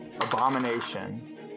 abomination